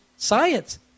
Science